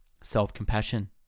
self-compassion